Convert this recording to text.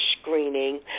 screening